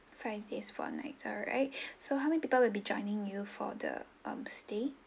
five days four nights alright so how many people will be joining you for the um stay